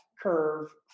curve